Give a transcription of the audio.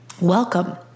Welcome